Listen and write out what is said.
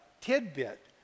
tidbit